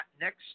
next